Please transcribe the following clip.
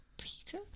Peter